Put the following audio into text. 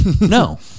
No